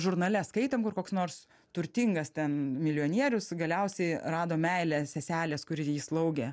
žurnale skaitėm kur koks nors turtingas ten milijonierius galiausiai rado meilę seselės kuri jį slaugė